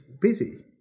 busy